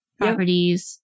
properties